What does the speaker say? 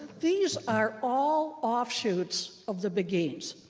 these are all offshoots of the beguines.